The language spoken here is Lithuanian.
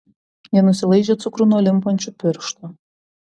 ji nusilaižė cukrų nuo limpančių pirštų